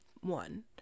One